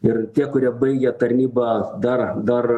ir tie kurie baigė tarnybą dar dar